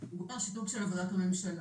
שנוצר שיתוק של עבודת הממשלה.